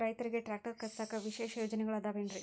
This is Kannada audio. ರೈತರಿಗೆ ಟ್ರ್ಯಾಕ್ಟರ್ ಖರೇದಿಸಾಕ ವಿಶೇಷ ಯೋಜನೆಗಳು ಅದಾವೇನ್ರಿ?